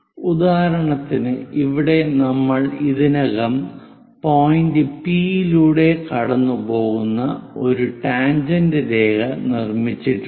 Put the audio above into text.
ഉദാഹരണത്തിന് ഇവിടെ നമ്മൾ ഇതിനകം പോയിന്റ് പി യിലൂടെ കടന്നുപോകുന്ന ഒരു ടാൻജെന്റ് രേഖ നിർമ്മിച്ചിട്ടുണ്ട്